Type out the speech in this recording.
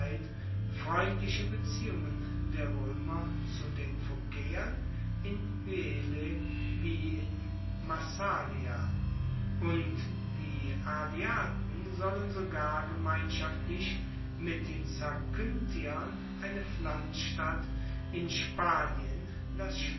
freundliche beziehungen der roemer zu den phokaeern in hyele wie in massalia und die ardeaten sollen sogar gemeinschaftlich mit den zakynthiern eine pflanzstadt in spanien das